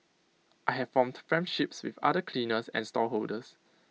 I have formed friendships with other cleaners and stallholders